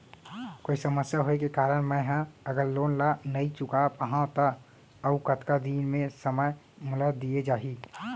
कोई समस्या होये के कारण मैं हा अगर लोन ला नही चुका पाहव त अऊ कतका दिन में समय मोल दीये जाही?